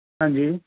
ਹਾਂਜੀ